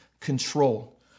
control